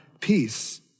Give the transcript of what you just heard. peace